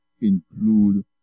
include